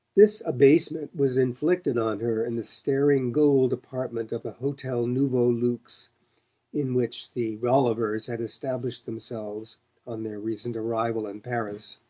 this abasement was inflicted on her in the staring gold apartment of the hotel nouveau luxe in which the rollivers had established themselves on their recent arrival in paris.